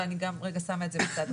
אבל אני רגע שמה את זה בצד,